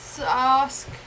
ask